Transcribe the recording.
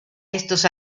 estos